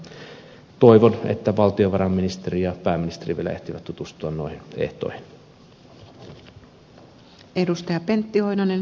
mutta toivon että valtiovarainministeri ja pääministeri vielä ehtivät tutustua noihin ehtoihin